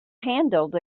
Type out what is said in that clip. handled